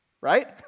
Right